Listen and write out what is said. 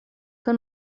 que